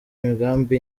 imigambi